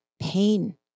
pain